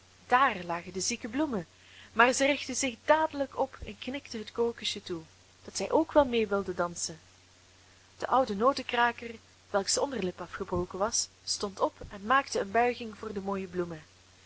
daar lagen de zieke bloemen maar zij richtten zich dadelijk op en knikten het krokusje toe dat zij ook wel mee wilden dansen de oude notenkraker welks onderlip afgebroken was stond op en maakte een buiging voor de mooie bloemen